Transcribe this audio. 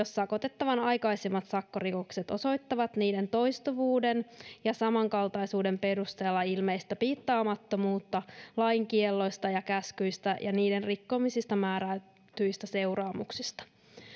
sakotettavan aikaisemmat sakkorikokset osoittavat niiden toistuvuuden ja samankaltaisuuden perusteella ilmeistä piittaamattomuutta lain kielloista ja käskyistä ja niiden rikkomisista määrätyistä seuraamuksista